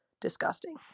disgusting